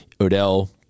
Odell